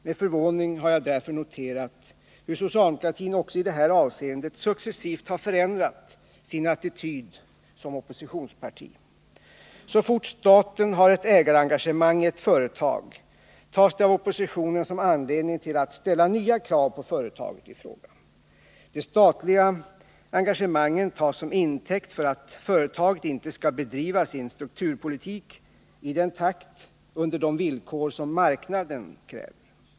Med förvåning har jag därför noterat hur socialdemokratin också i det här avseendet successivt har förändrat sin attityd som oppositionsparti. Så fort staten har ett ägarengagemang i ett företag tas det av oppositionen som anledning till att ställa nya krav på företaget i fråga. Det statliga engagemanget tas som intäkt för att företaget inte skall bedriva sin strukturpolitik i den takt och under de villkor som marknaden kräver.